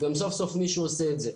גם סוף סוף מישהו עושה את זה.